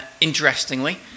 Interestingly